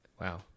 Wow